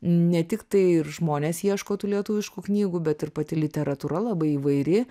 ne tiktai ir žmonės ieško tų lietuviškų knygų bet ir pati literatūra labai įvairi